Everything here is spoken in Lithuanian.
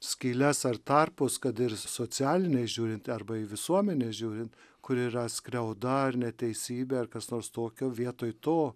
skyles ar tarpus kad ir socialiniai žiūrint arba į visuomenę žiūrint kur yra skriauda ar neteisybė ar kas nors tokio vietoj to